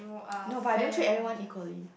no but I don't treat everyone equally